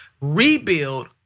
rebuild